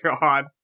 God